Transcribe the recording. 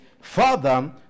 Father